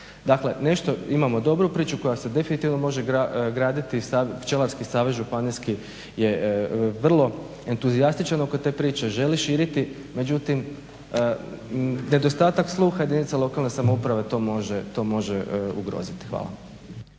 Dakle nešto imamo dobru priču koja se definitivno može graditi pčelarski savez županijski je vrlo entuzijastičan oko te priče, želi širiti, međutim nedostatak sluha jedinica lokalne samouprave to može ugroziti. Hvala.